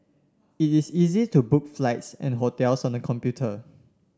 it is easy to book flights and hotels on the computer